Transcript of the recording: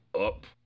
up